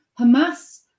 Hamas